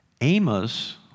Amos